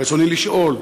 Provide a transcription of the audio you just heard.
רצוני לשאול: